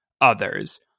others